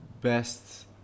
best